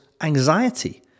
anxiety